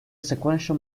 sequential